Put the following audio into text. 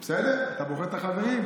בסדר, אתה בוחר את החברים.